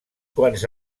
quants